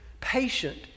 patient